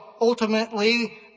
ultimately